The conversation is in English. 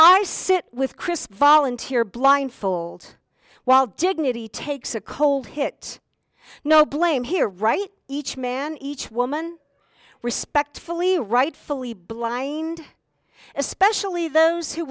i sit with chris volunteer blindfold while dignity takes a cold hit no blame here right each man each woman respectfully rightfully blind especially those who